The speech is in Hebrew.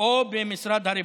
או במשרד הרווחה.